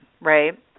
right